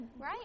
right